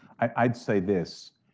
i'd say this.